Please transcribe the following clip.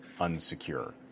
unsecure